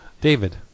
David